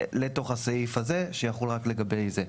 לתוך הסעיף הזה, שיחול רק לגבי זה.